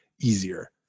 easier